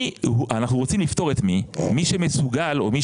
אנחנו רוצים לפטור את מי שמסוגל או מי